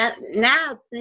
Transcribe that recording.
now